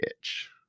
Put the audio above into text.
itch